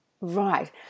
Right